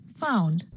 found